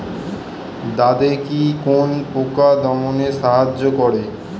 দাদেকি কোন পোকা দমনে সাহায্য করে?